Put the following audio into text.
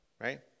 right